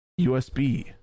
USB